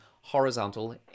horizontal